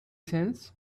cents